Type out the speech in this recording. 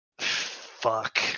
Fuck